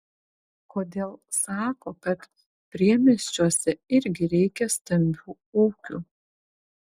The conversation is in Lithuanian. kodėl sako kad priemiesčiuose irgi reikia stambių ūkių